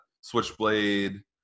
Switchblade